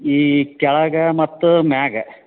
ಈ ಕೆಳಗೆ ಮತ್ತು ಮ್ಯಾಗ